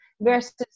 versus